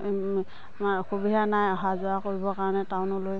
আমাৰ অসুবিধা নাই অহা যোৱা কৰিব কাৰণে টাউনলৈ